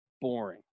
boring